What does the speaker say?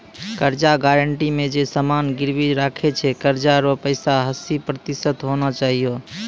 कर्जा गारंटी मे जे समान गिरबी राखै छै कर्जा रो पैसा हस्सी प्रतिशत होना चाहियो